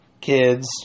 kids